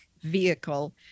vehicle